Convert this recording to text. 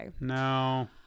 No